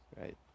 right